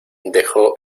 dejó